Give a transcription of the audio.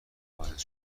خارج